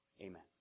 Amen